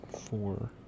Four